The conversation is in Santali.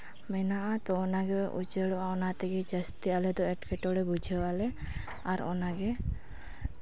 ᱢᱮᱱᱟᱜᱼᱟ ᱛᱚ ᱚᱱᱟᱜᱮ ᱩᱪᱟᱹᱲᱚᱜᱼᱟ ᱚᱱᱟ ᱛᱮᱜᱮ ᱡᱟᱹᱥᱛᱤ ᱟᱞᱮ ᱫᱚ ᱮᱴᱠᱮᱴᱚᱬᱮ ᱵᱩᱡᱷᱟᱹᱣᱟᱞᱮ ᱟᱨ ᱚᱱᱟᱜᱮ